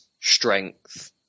strength